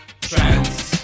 Trans